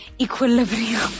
equilibrium